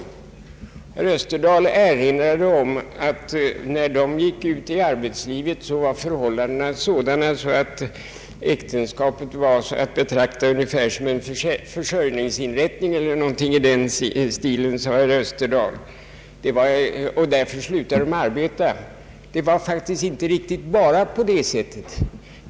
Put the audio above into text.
Herr Österdahl erinrade om att när dessa kvinnor gick ut i arbetslivet var förhållandena sådana, att äktenskapet betraktades som en försörjningsinrättning eller någonting i den stilen, såsom herr Österdahl uttryckte det. Därför slutade de arbeta när de gifte sig. Det var faktiskt inte riktigt bara på det sättet.